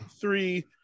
Three